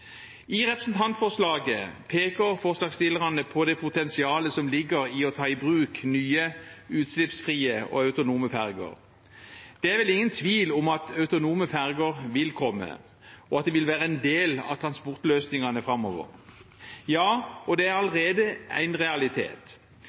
I representantforslaget peker forslagsstillerne på det potensialet som ligger i å ta i bruk nye, utslippsfrie og autonome ferger. Det er vel ingen tvil om at autonome ferger vil komme, og at det vil være en del av transportløsningene framover. Det er allerede en realitet. Derfor mener vi i Kristelig Folkeparti at det er